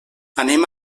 anem